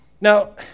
Now